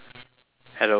hello yes